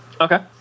Okay